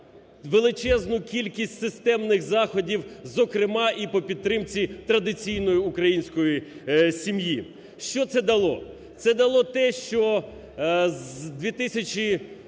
величезну кількість системних заходів, зокрема і по підтримці традиційної української сім'ї. Що це дало? Це дало те, що з 2005 по